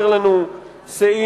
אומר לנו סעיף